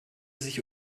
sich